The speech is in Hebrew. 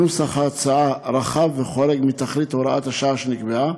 נוסח ההצעה רחב וחורג מתכלית הוראת השעה שנקבעה.